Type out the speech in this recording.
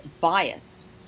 bias